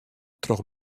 troch